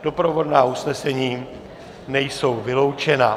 Doprovodná usnesení nejsou vyloučena.